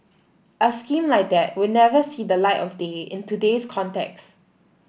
a scheme like that would never see the light of day in today's context